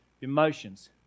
Emotions